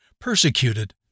Persecuted